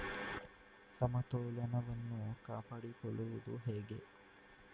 ಸಮತೋಲನವನ್ನು ಕಾಪಾಡಿಕೊಳ್ಳುವುದು ಹೇಗೆ?